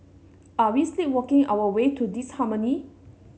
are we sleepwalking our way to disharmony